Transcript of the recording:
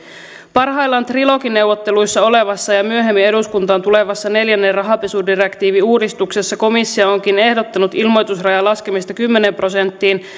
parhaillaan trilogineuvotteluissa olevassa ja myöhemmin eduskuntaan tulevassa neljännen rahanpesudirektiivin uudistuksessa komissio onkin ehdottanut ilmoitusrajan laskemista kymmeneen prosenttiin mikä